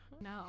No